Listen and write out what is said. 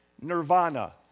nirvana